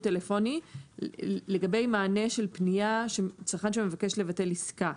טלפוני לגבי מענה של פנייה של צרכן שמבקש לבטל עסקה.